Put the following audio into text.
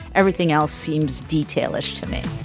everything else seems detail ish to me